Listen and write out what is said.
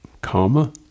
karma